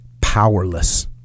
powerless